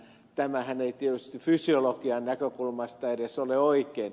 tämähän ei tietysti fysiologian näkökulmasta edes ole oikein